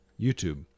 YouTube